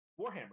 Warhammer